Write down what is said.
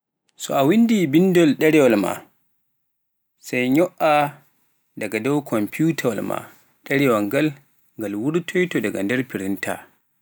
So a wanndi binndol ɗerewaal maa sai nyo'aa daga dow komfiyutawaal ma ɗerewaal ngal wurtoyto daga nder prinita.